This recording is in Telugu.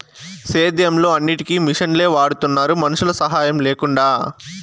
సేద్యంలో అన్నిటికీ మిషనులే వాడుతున్నారు మనుషుల సాహాయం లేకుండా